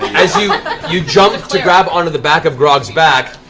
as you you jump to grab onto the back of grog's back,